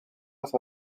las